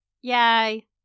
Yay